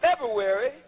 February